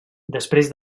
després